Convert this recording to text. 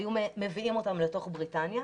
היו מביאים אותם לתוך בריטניה.